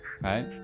Right